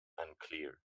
unclear